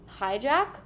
Hijack